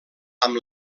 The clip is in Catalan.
amb